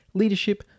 leadership